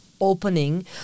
opening